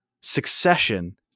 Succession